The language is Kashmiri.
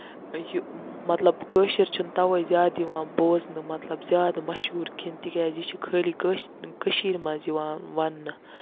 یہِ مطلب کٲشُر چھُنہٕ تَوے زیادٕ یِوان بوزنہٕ مطلب زیادٕ مَشہوٗر کِہیٖنۍ تِکیازِ یہِ چھُ خٲلی کٲنسہِ کٔشیٖرِ منٛز یِوان وَننہٕ